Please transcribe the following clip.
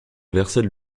versait